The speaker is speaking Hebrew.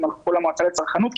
הלכו למועצה לצרכנות,